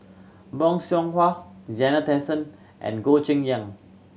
Bong Hwa Zena Tessensohn and Goh Cheng Liang